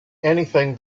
anything